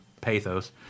pathos